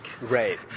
right